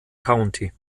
county